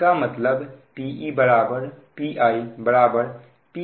इसका मतलब Pe Pi Pmax sin δ है